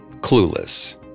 clueless